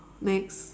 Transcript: next